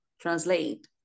translate